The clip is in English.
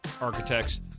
architects